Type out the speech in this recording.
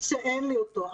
שאין לי אותו.